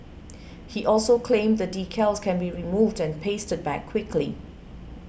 he also claimed the decals can be removed and pasted back quickly